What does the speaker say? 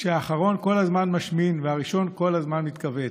כשהאחרון כל הזמן משמין והראשון כל הזמן מתכווץ.